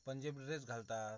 Punjabi dress घालतात